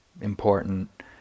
important